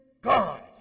God